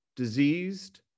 diseased